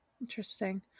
interesting